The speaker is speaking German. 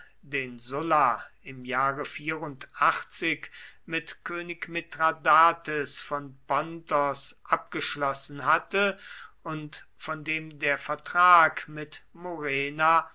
den sulla im jahre mit könig mithradates von pontos abgeschlossen hatte und von dem der vertrag mit murena